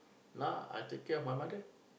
now I take care of my mother